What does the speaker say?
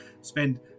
spend